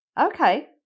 Okay